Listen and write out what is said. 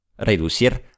Reducir